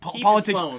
Politics